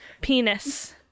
Penis